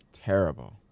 terrible